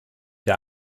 wir